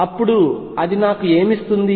అప్పుడు అది నాకు ఏమి ఇస్తుంది